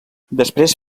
després